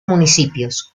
municipios